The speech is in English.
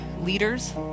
leaders